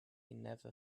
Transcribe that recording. never